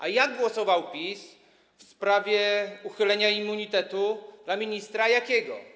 A jak głosował PiS w sprawie uchylenia immunitetu ministra Jakiego?